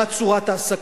מה צורת ההעסקה?